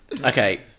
Okay